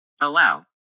Allow